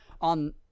on